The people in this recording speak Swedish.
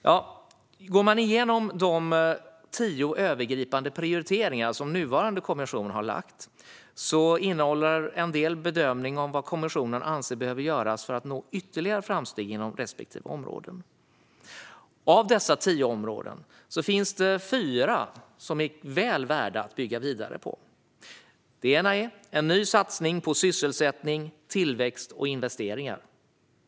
Den nuvarande kommissionens tio övergripande prioriteringar innehåller bedömningar av vad kommissionen anser behöver göras för att nå ytterligare framsteg inom respektive områden. Av dessa tio områden finns det fyra som är väl värda att bygga vidare på. Det behövs en ny satsning på sysselsättning, tillväxt och investeringar.